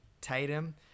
Tatum